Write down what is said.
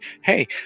hey